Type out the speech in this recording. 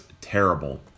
terrible